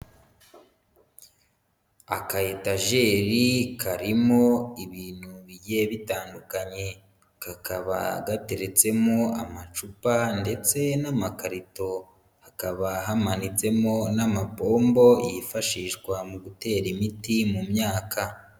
Akayetajeri karimo ibintu bigiye bitandukanye, kakaba gateretsemo amacupa ndetse n'amakarito hakaba hamanitsemo n'amapombo yifashishwa mu gutera imiti mu myaka.